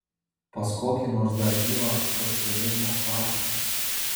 pas kokį nors dar gyvą socrealizmo klasiką